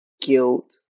guilt